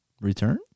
return